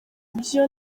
byo